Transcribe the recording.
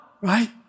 right